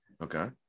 Okay